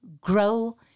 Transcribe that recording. grow